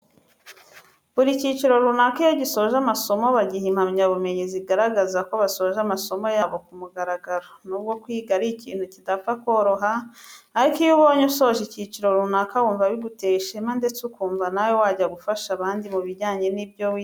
Buri cyiciro runaka iyo gisoje amasomo bagiha impamyabumenyi zigaragaza ko basoje amasomo yabo ku mugaragaro. Nubwo kwiga ari ikintu kidapfa koroha ariko iyo ubonye usoje icyiciro runaka wumva biguteye ishema ndetse ukumva nawe wajya gufasha abandi mu bijyanye n'ibyo wize.